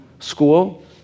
school